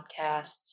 Podcasts